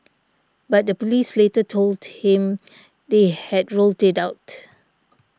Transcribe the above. but the police later told him they had ruled it out